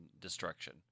destruction